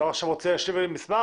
אתה רוצה עכשיו לשלוח לי מסמך?